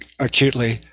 acutely